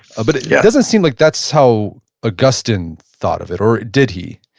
ah but it yeah doesn't seem like that's how augustine thought of it, or did he?